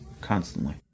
constantly